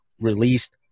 released